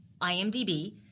IMDb